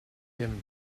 him